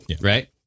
right